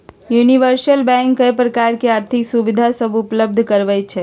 universal bank कय प्रकार के आर्थिक सुविधा सभ उपलब्ध करबइ छइ